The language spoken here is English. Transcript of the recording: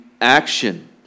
action